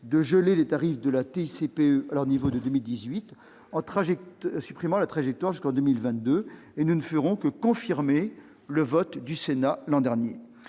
de geler les tarifs de la TICPE à leur niveau de 2018, en supprimant la trajectoire prévue jusqu'en 2022. Nous ne ferons ainsi que confirmer le vote du Sénat l'an dernier.